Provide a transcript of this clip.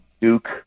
Duke